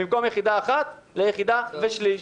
במקום יחידה אחת ליחידה ושליש.